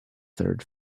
third